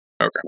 Okay